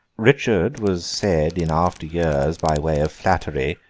richard was said in after years, by way of flattery,